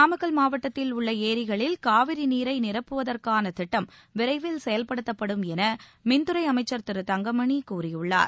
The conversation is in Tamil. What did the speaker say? நாமக்கல் மாவட்டத்தில் உள்ள ஏரிகளில் காவிரி நீரை நிரப்புவதற்கான திட்டம் விரைவில் செயல்படுத்தப்படும் என மின்துறை அமைச்சர் திரு தங்கமணி கூறியுள்ளார்